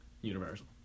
Universal